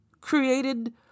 created